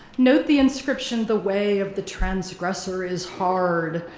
note the inscription, the way of the transgressor is hard,